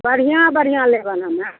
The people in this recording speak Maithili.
बढ़िआँ बढ़िआँ लेबऽ ने हमे